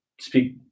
speak